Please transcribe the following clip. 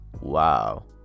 wow